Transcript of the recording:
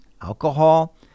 alcohol